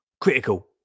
Critical